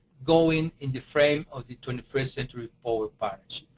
going in the frame of the twenty first century power partnership.